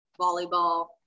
volleyball